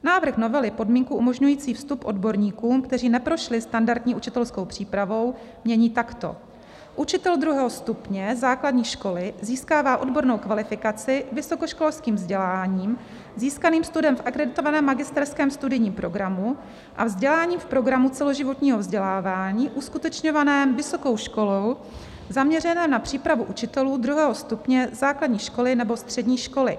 Návrh novely podmínku umožňující vstup odborníkům, kteří neprošli standardní učitelskou přípravou mění takto: Učitel druhého stupně základní školy získává odbornou kvalifikaci vysokoškolským vzděláním získaným studiem v akreditovaném magisterském studijním programu a vzděláním v programu celoživotního vzdělávání uskutečňovaným vysokou školou, zaměřeným na přípravu učitelů druhého stupně základní školy nebo střední školy.